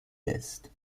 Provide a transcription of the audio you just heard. lässt